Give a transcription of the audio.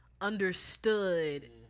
understood